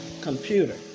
computer